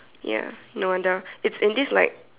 ya no wonder it's in this like